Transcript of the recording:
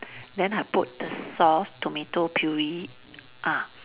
then I put the sauce tomato puree ah